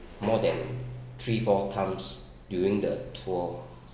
more than three four times during the tour